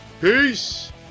Peace